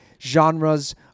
genres